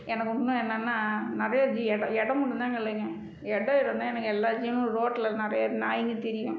எனக்கு இன்னும் என்னான்னால் நிறையா ஜி இடம் இடம் மட்டும்தாங்க இல்லைங்க இடம் இருந்தால் எனக்கு எல்லா ஜீவனும் ரோட்டில் நிறையா நாய்ங்க திரியும்